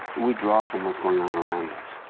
we draw from what's going on around us.